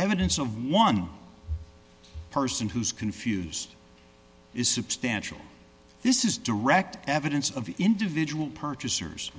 evidence of one person who's confused is substantial this is direct evidence of the individual purchasers